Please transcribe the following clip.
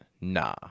nah